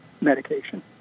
medication